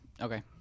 Okay